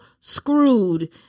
screwed